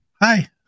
Hi